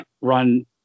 run